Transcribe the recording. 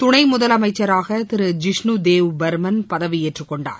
துணை முதலமைச்சராக திரு ஜிஷ்ணு தேவ் பர்மன் பதவியேற்றுக் கொண்டார்